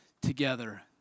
together